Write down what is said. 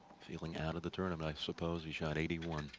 feeling out of the tournament i. suppose he shot eighty-one?